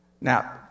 Now